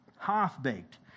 half-baked